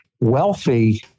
Wealthy